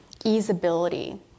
easeability